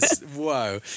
whoa